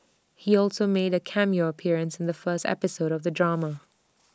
he also made A cameo appearance in the first episode of the drama